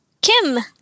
kim